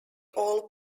all